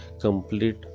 complete